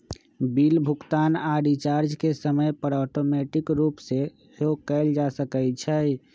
bill भुगतान आऽ recharge के समय पर ऑटोमेटिक रूप से सेहो कएल जा सकै छइ